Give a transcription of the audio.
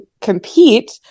compete